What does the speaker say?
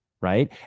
right